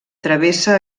travessa